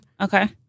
Okay